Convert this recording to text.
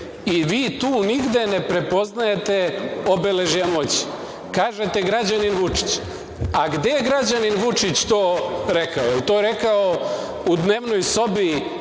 I vi tu nigde ne prepoznajete obeležja moći. Kažete – građanin Vučić. A gde je građanin Vučić to rekao? Je li to rekao u dnevnoj sobi,